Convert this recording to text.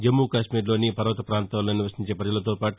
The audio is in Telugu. జమ్ము కాశ్వీర్ లోని పర్వత పాంతాల్లో నివసించే ప్రపజలతో పాటు